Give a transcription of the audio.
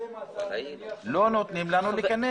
לא נותנים לנו להיכנס.